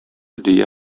дөя